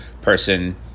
person